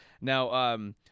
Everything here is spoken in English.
Now